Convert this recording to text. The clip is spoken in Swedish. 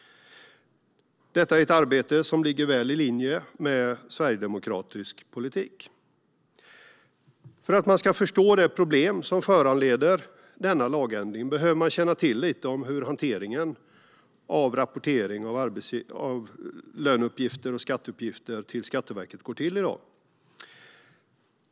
Detta är ett arbete som ligger väl i linje med sverigedemokratisk politik. För att man ska förstå det problem som föranleder denna lagändring behöver man känna till lite om hur hanteringen av rapportering av löneuppgifter och skatteuppgifter till Skatteverket går till i dag.